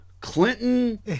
Clinton